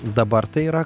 dabar tai yra